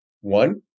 One